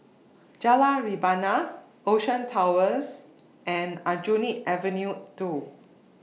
Jalan Rebana Ocean Towers and Aljunied Avenue two